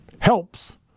helps